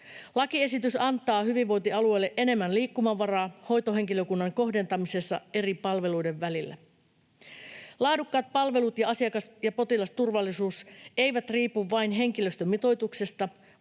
Lakiesitys antaa hyvinvointialueille enemmän liikkumavaraa hoitohenkilökunnan kohdentamisessa eri palveluiden välillä. Laadukkaat palvelut ja asiakas- ja potilasturvallisuus eivät riipu vain henkilöstömitoituksesta,